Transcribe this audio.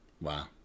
wow